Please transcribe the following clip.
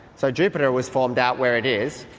so jupiter was formed out where it is,